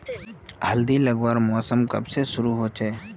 हल्दी लगवार मौसम कब से शुरू होचए?